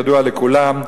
ידוע לכולם,